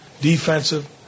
defensive